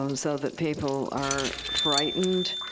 um so that people are frightened,